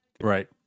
Right